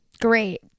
great